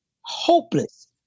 hopeless